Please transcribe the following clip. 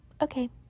okay